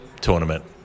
tournament